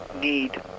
need